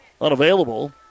unavailable